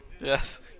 Yes